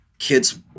Kids